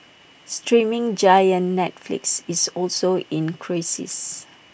streaming giant Netflix is also in crisis